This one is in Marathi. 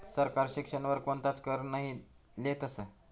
सरकार शिक्षण वर कोणताच कर नही लेतस